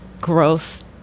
gross